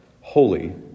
holy